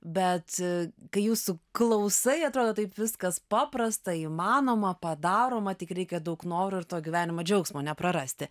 bet kai jūsų klausai atrodo taip viskas paprasta įmanoma padaroma tik reikia daug noro ir to gyvenimo džiaugsmo neprarasti